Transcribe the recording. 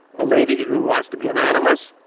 a lady who wants to be anonymous,